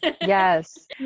yes